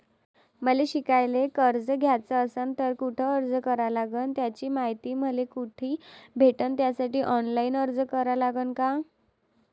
मले शिकायले कर्ज घ्याच असन तर कुठ अर्ज करा लागन त्याची मायती मले कुठी भेटन त्यासाठी ऑनलाईन अर्ज करा लागन का?